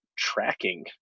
tracking